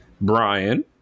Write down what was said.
Brian